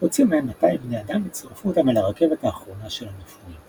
- הוציאו מהם 200 בני אדם וצרפו אותם אל הרכבת האחרונה של המפונים.